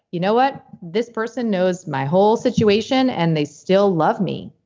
you know what? this person knows my whole situation and they still love me.